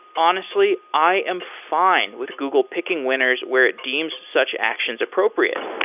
honestly, i am fine with google picking winners where it deems such actions appropriate.